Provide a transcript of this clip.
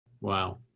wow